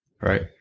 Right